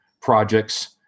projects